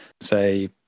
Say